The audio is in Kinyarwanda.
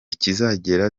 kizagera